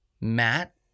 Matt